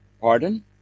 Pardon